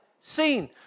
seen